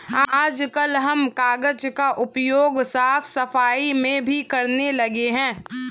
आजकल हम कागज का प्रयोग साफ सफाई में भी करने लगे हैं